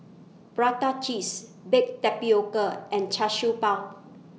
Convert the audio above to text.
Prata Cheese Baked Tapioca and Char Siew Bao